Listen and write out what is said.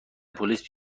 پلیس